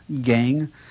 gang